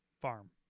Farm